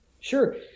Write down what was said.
Sure